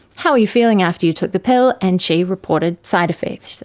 how are you feeling after you took the pill? and she reported side-effects, she